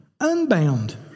unbound